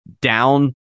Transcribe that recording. down